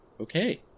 Okay